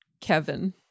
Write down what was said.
Kevin